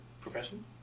profession